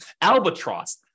Albatross